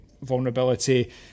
vulnerability